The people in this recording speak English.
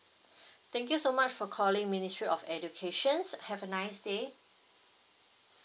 thank you so much for calling ministry of education have a nice day